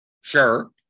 Sure